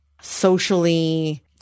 socially